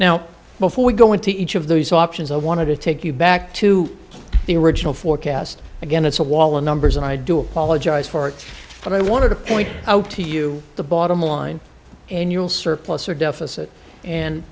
now before we go into each of those options i want to take you back to the original forecast again it's a wall of numbers and i do apologize for it but i wanted to point out to you the bottom line annual surplus or deficit and